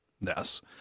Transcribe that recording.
yes